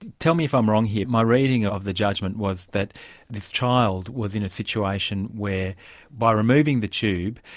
tell me if i'm wrong here, my reading of the judgment was that this child was in a situation where by removing the tube,